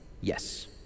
Yes